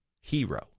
hero